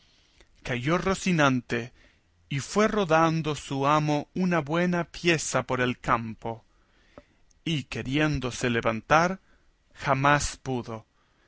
cayó rocinante y fue rodando su amo una buena pieza por el campo y queriéndose levantar jamás pudo